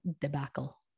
debacle